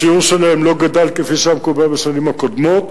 השיעור שלהם לא גדל כפי שהיה מקובל בשנים הקודמות,